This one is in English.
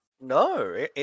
No